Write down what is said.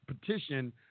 petition